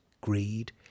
greed